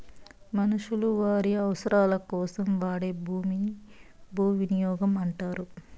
మనుషులు వారి అవసరాలకోసం వాడే భూమిని భూవినియోగం అంటారు